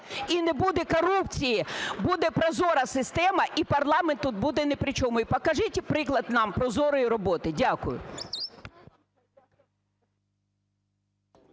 і не буде корупції, буде прозора система і парламент тут буде ні при чому. І покажіть приклад нам прозорої роботи. Дякую.